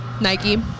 Nike